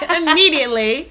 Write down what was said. immediately